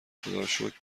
خداروشکر